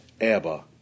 Abba